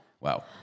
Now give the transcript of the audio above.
Wow